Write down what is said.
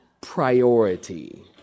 priority